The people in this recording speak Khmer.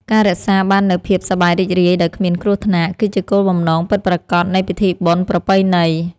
ការរក្សាបាននូវភាពសប្បាយរីករាយដោយគ្មានគ្រោះថ្នាក់ គឺជាគោលបំណងពិតប្រាកដនៃពិធីបុណ្យប្រពៃណី។